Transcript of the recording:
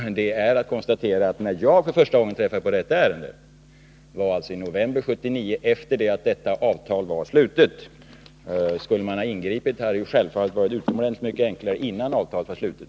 Det är att konstatera att jag för första gången träffade på detta ärende i november 1979, efter det att avtalet var slutet. Skulle man ha ingripit, så hade det självfallet varit utomordentligt mycket enklare att göra det innan avtalet var slutet.